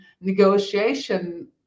negotiation